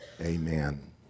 amen